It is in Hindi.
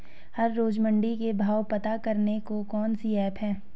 हर रोज़ मंडी के भाव पता करने को कौन सी ऐप है?